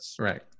Right